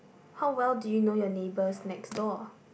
how well do you know your neighbors next door